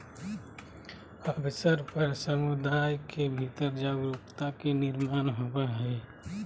अवसर पर समुदाय के भीतर जागरूकता के निर्माण होबय हइ